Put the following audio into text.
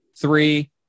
three